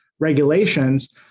Regulations